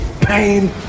pain